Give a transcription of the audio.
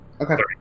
Okay